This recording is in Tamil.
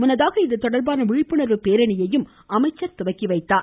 முன்னதாக இதுதொடர்பான விழிப்புணர்வு பேரணியையும் அமைச்சர் துவக்கி வைத்தார்